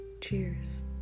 Cheers